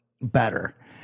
better